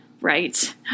right